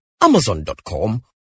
amazon.com